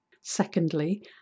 Secondly